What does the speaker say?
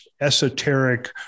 esoteric